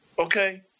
okay